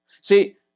See